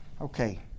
Okay